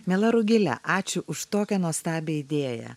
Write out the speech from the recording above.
miela rugile ačiū už tokią nuostabią idėją